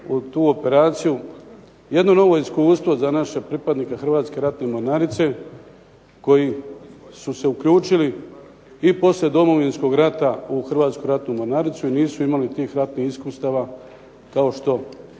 u tu operaciju jedno novo iskustvo za naše pripadnike Hrvatske ratne mornarice, koji su se uključili i poslije Domovinskog rata u Hrvatsku ratnu mornaricu i nisu imali tih ratnih iskustava kao što